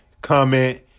comment